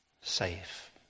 safe